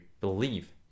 believe